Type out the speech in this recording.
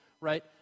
right